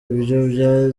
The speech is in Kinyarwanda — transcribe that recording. ibyo